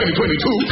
2022